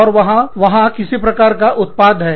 और वहां किसी प्रकार का उत्पाद है